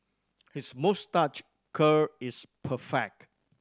his moustache curl is perfect